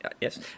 yes